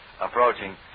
approaching